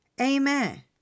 Amen